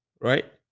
right